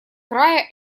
края